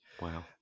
wow